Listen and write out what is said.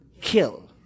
kill